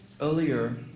earlier